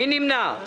מי נמנע?